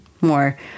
more